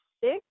six